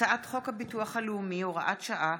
הצעת חוק הביטוח הלאומי (הוראת שעה,